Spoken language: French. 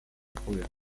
problèmes